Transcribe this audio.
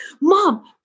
mom